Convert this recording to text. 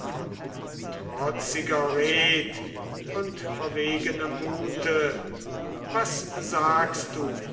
von trotziger red und verwegenem mute was sagst du